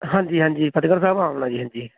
ਹਾਂਜੀ ਹਾਂਜੀ ਫ਼ਤਹਿਗੜ੍ਹ ਸਾਹਿਬ ਆਉਣਾ ਜੀ ਹਾਂਜੀ